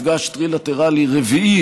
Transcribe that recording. מפגש טרילטרלי רביעי,